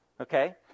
Okay